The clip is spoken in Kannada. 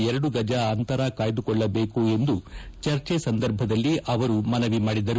ಎರಡು ಗಜ ಅಂತರ ಕಾಯ್ದಕೊಳ್ಳಬೇಕು ಎಂದು ಚರ್ಚೆ ಸಂದರ್ಭದಲ್ಲಿ ಅವರು ಮನವಿ ಮಾಡಿದರು